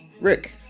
Rick